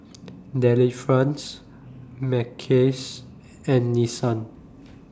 Delifrance Mackays and Nissan